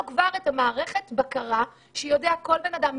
כבר מערכת בקרה שיודעת מתי אדם נכנס,